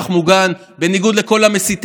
חברות וחברי הכנסת,